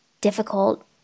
difficult